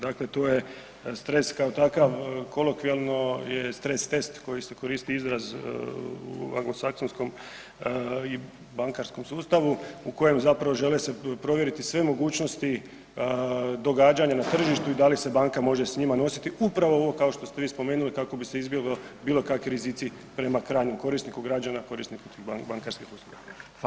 Dakle, to je stres, kao takav kolokvijalno je stres test koji se koristi izraz u anglosaksonskom i bankarskom sustavu u kojem zapravo žele se provjeriti sve mogućnosti događanja na tržištu i da li se banka može s njima nositi upravo ovo kao što ste vi spomenuli kako bi se izbjeglo bilo kakvi rizici prema krajnjem korisniku građana korisniku bankarskih usluga.